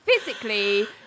physically